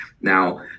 Now